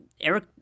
Eric